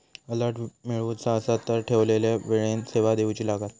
alert मिळवुचा असात तर ठरवलेल्या वेळेन सेवा घेउची लागात